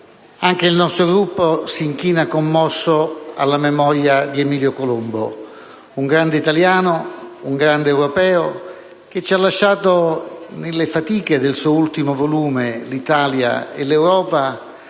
anche il nostro Gruppo si inchina commosso alla memoria di Emilio Colombo, un grande italiano, un grande europeo, che ci ha lasciato, nelle fatiche del suo ultimo volume «Per l'Italia, per l'Europa»,